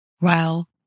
Wow